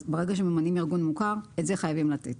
ברגע שממנים ארגון מוכר, את זה חייבים לתת.